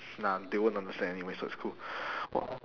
nah they won't understand anyway so it's cool wh~